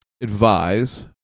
advise